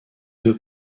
deux